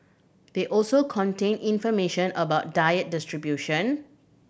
they also contain information about diet distribution